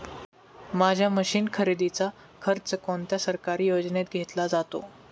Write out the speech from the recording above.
माझ्या मशीन खरेदीचा खर्च कोणत्या सरकारी योजनेत घेतला जातो?